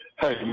Hey